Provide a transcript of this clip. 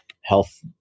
health